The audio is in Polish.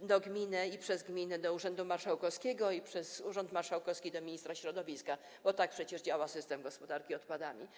do gminy, przez gminę do urzędu marszałkowskiego, a przez urząd marszałkowski do ministra środowiska, bo tak przecież działa system gospodarki odpadami.